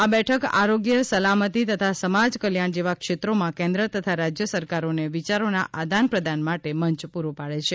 આ બેઠક આરોગ્ય સલામતી તથા સમાજ કલ્યાણ જેવા ક્ષેત્રોમાં કેન્દ્ર તથા રાજ્ય સરકારોને વિચારોના આદાન પ્રદાન માટે મંચ પૂરો પાડે છે